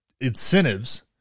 incentives